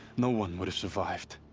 no one would have survived.